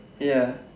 ya